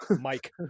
Mike